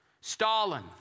Stalin